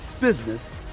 business